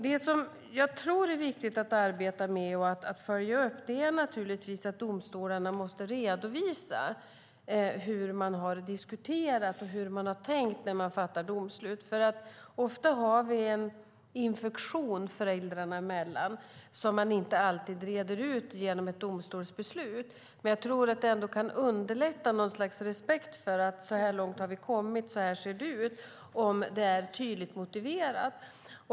Det som jag tror är viktigt att arbeta med och följa upp är naturligtvis att domstolarna måste redovisa hur de har diskuterat och hur de har tänkt när de fattat domslut, för ofta finns det en infektion föräldrarna emellan som inte alltid reds ut genom ett domstolsbeslut. Jag tror att det ändå kan underlätta för något slags respekt för att så här långt har vi kommit, att så här ser det ut, om det är tydligt motiverat.